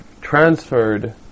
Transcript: transferred